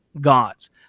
gods